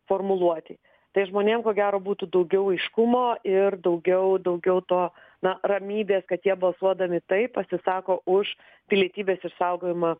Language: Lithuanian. formuluotei tai žmonėm ko gero būtų daugiau aiškumo ir daugiau daugiau to na ramybės kad jie balsuodami taip pasisako už pilietybės išsaugojimą